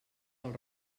del